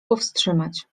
powstrzymać